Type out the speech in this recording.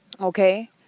Okay